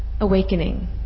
awakening